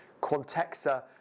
Quantexa